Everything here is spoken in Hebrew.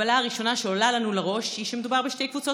ההקבלה הראשונה שעולה לנו לראש היא שמדובר בשתי קבוצות